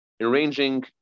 arranging